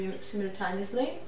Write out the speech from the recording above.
simultaneously